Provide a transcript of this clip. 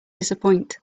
disappoint